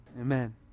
Amen